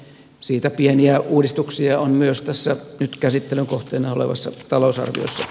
siitä pieniä uudistuksia on myös tässä nyt käsittelyn kohteena olevassa talousarviossa